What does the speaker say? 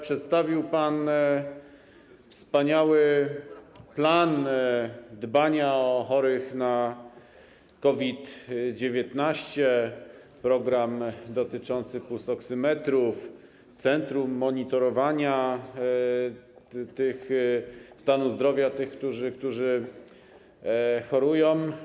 Przedstawił pan wspaniały plan dbania o chorych na COVID-19, program dotyczący pulsoksymetrów, centrum monitorowania stanu zdrowia tych, którzy chorują.